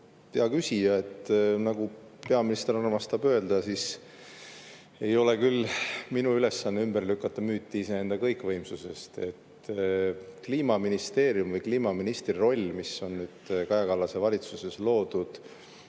Hea küsija! Nagu peaminister armastab öelda, ei ole minu ülesanne ümber lükata müüti iseenda kõikvõimsusest. Kliimaministeeriumi või kliimaministri roll, mis on Kaja Kallase valitsuses loodud